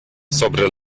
sobre